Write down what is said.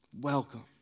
Welcome